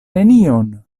nenion